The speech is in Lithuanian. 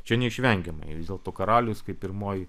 čia neišvengiamai vis dėlto karalius kaip pirmoji